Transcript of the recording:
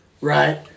right